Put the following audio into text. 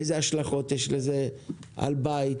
איזה השלכות יש לזה על בית,